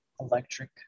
electric